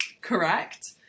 correct